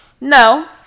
No